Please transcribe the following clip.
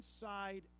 inside